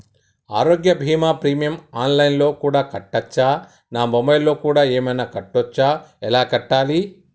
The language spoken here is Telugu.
ఆరోగ్య బీమా ప్రీమియం ఆన్ లైన్ లో కూడా కట్టచ్చా? నా మొబైల్లో కూడా ఏమైనా కట్టొచ్చా? ఎలా కట్టాలి?